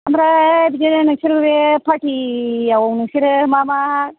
ओमफ्राय बिदिनो नोंसोर बे फारथियाव नोंसोरो मा मा